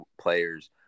players